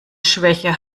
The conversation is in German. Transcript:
schwäche